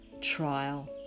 trial